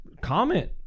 comment